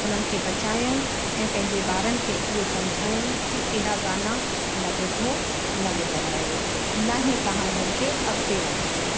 उन्हनि खे बचायऊं ऐं पंहिंजे ॿारनि खे इहो सम्झाऊं कि अहिड़ा गाना न ॿुधो न ॿुधायो न ई तव्हां इन्हनि खे अॻिते वधायो